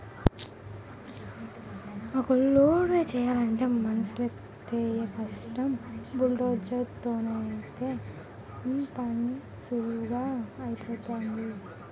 ఊక లోడు చేయలంటే మనుసులైతేయ్ కష్టం బుల్డోజర్ తోనైతే పనీసులువుగా ఐపోతాది